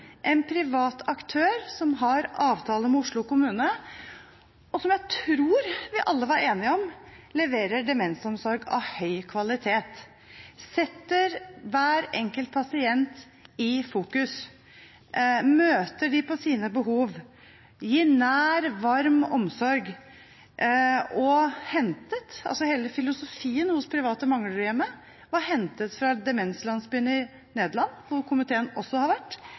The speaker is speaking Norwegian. en privat aktør som har avtale med Oslo kommune, og som jeg tror vi alle var enige om leverer demensomsorg av høy kvalitet, setter hver enkelt pasient i fokus, møter dem på sine behov og gir nær, varm omsorg. Hele filosofien hos det private Manglerudhjemmet er hentet fra de Hogeweyk, demenslandsbyen i Nederland, hvor komiteen også har vært.